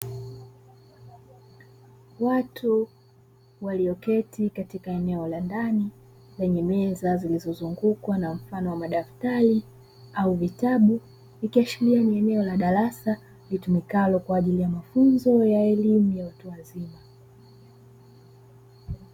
Watu walioketi katika eneo la ndani lenye meza zilizozungukwa na mfano wa madaftari au vitabu, ikiashiria ni eneo la darasa litumikalo kwa ajili ya mafunzo ya elimu ya watu wazima.